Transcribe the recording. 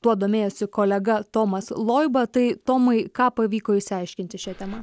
tuo domėjosi kolega tomas loiba tai tomai ką pavyko išsiaiškinti šia tema